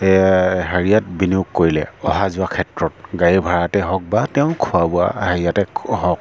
হেৰিয়াত বিনিয়োগ কৰিলে অহা যোৱা ক্ষেত্ৰত গাড়ী ভাড়াতে হওক বা তেওঁ খোৱা বোৱা হেৰিয়াতে হওক